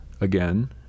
again